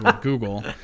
Google